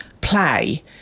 play